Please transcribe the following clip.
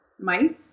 mice